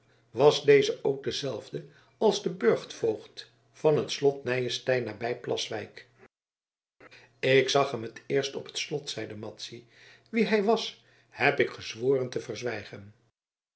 was deze ook dezelfde als de burchtvoogd van het slot nyenstein nabij plaswijk ik zag hem het eerst op het slot zeide madzy wie hij was heb ik gezworen te verzwijgen